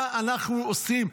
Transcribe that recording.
מה אנחנו עושים?